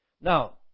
Now